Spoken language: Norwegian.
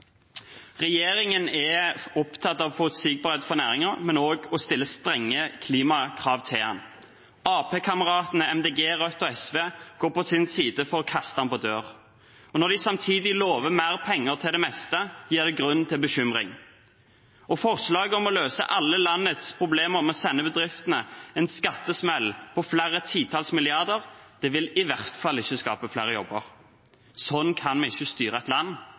Regjeringen er opptatt av forutsigbarhet for næringen, men også av å stille strenge klimakrav til den. AP-kameratene MDG, Rødt og SV går på sin side inn for å kaste den på dør. Når de samtidig lover mer penger til det meste, gir det grunn til bekymring. Forslaget om å løse alle landets problemer med å sende bedriftene en skattesmell på flere titalls milliarder vil i hvert fall ikke skape flere jobber. Sånn kan vi ikke styre et land,